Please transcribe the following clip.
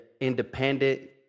independent